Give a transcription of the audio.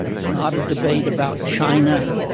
it's not a debate about china.